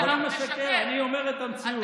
אני לא משקר, אני אומר את המציאות.